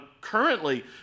currently